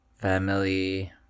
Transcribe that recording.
family